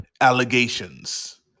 allegations